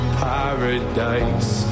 paradise